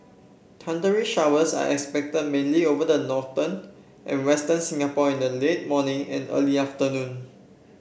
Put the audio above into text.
thundery showers are expected mainly over the northern and western Singapore in the late morning and early afternoon